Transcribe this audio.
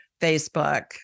Facebook